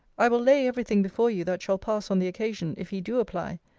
i will lay every thing before you that shall pass on the occasion, if he do apply,